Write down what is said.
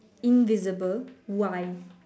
invisible why